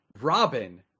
robin